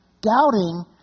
Doubting